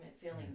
feeling